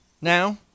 now